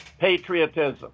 patriotism